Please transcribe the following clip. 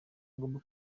ugomba